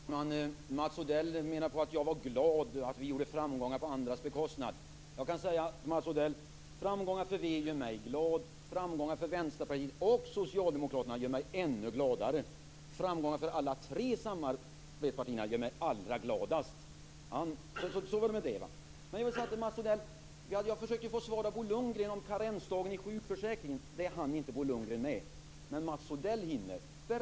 Fru talman! Mats Odell menar att jag var glad över att vi nådde framgångar på andras bekostnad. Jag kan säga till Mats Odell att framgångar för Vänsterpartiet gör mig glad, framgångar för Vänsterpartiet och Socialdemokraterna gör mig ännu gladare och framgångar för alla tre samarbetspartierna gör mig allra gladast. Så var det med det. Jag försökte få svar av Bo Lundgren om karensdagen i sjukförsäkringen. Det hann inte Bo Lundgren med, men Mats Odell hinner.